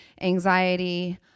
Anxiety